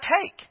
take